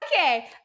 Okay